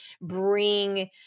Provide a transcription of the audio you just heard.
bring